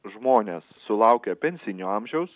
žmonės sulaukę pensinio amžiaus